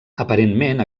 aparentment